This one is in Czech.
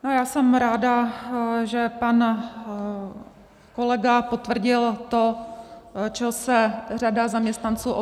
Já jsem ráda, že pan kolega potvrdil to, čeho se řada zaměstnanců obává.